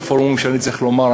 בפורום שאני צריך לומר,